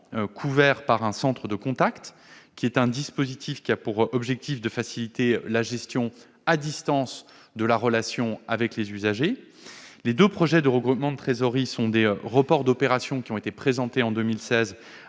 couverts par un centre de contact, dispositif qui a pour objectif de faciliter la gestion à distance de la relation avec les usagers. Les deux projets de regroupement de trésoreries sont des reports d'opérations présentées en 2016,